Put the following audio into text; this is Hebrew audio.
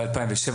שמ-2007